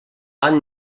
van